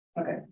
Okay